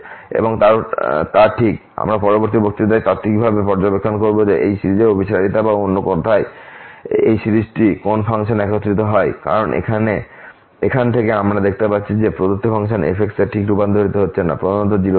এবং তা ঠিক আমরা পরবর্তী বক্তৃতায় তাত্ত্বিকভাবে পর্যবেক্ষণ করব যে এই সিরিজের অভিসারীতা বা অন্য কথায় এই সিরিজটি কোন ফাংশনে একত্রিত হয় কারণ এখান থেকে আমরা দেখতে পাচ্ছি যে এটি প্রদত্ত ফাংশন f এ ঠিক রূপান্তরিত হচ্ছে না এবং প্রধানত এই 0 বিন্দুতে